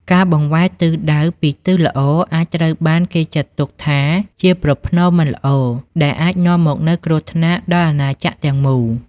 ការបង្វែរទិសដៅពីទិសល្អអាចត្រូវបានគេចាត់ទុកថាជាប្រផ្នូលមិនល្អ ដែលអាចនាំមកនូវគ្រោះថ្នាក់ដល់អាណាចក្រទាំងមូល។